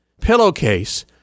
pillowcase